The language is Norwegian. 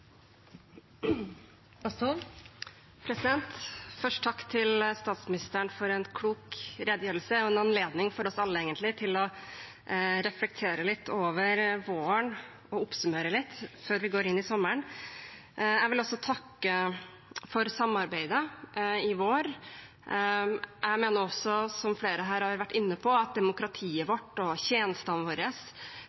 Først takk til statsministeren for en klok redegjørelse og en anledning for oss alle til å reflektere over våren og oppsummere litt før vi går inn i sommeren. Jeg vil også takke for samarbeidet i vår. Jeg mener også, som flere her har vært inne på, at demokratiet